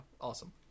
awesome